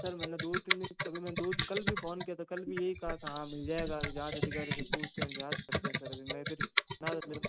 sir मैंने दो तीन दिन अभी मैंने दो कल भी फोन किया था कल भी यही कहा था हाँ मिल जाएंगा अभी जाँच अधिकारी से पूछते हैं जाँच करते हैं सर अभी मैं इधर